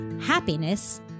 happiness